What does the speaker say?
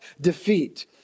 defeat